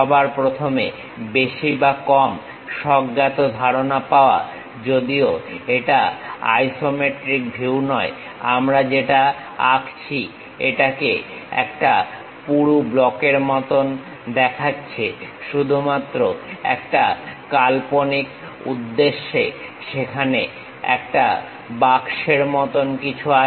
সবার প্রথমেবেশি বা কম স্বজ্ঞাত ধারণা পাও যদিও এটা আইসোমেট্রিক ভিউ নয় আমরা যেটা আঁকছি এটাকে একটা পুরু ব্লকের মতন দেখাচ্ছে শুধুমাত্র একটা কাল্পনিক উদ্দেশ্যে সেখানে একটা বাক্সের মতন কিছু আছে